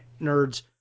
nerds